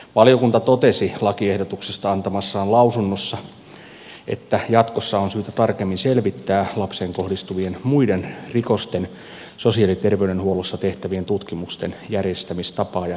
valiokunta totesi lakiehdotuksesta antamassaan lausunnossa että jatkossa on syytä tarkemmin selvittää lapseen kohdistuvien muiden rikosten sosiaali ja terveydenhuollossa tehtävien tutkimusten järjestämistapaa ja rahoitusta